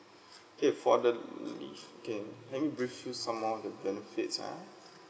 K for the leave okay let me brief some more the benefits ah